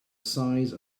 size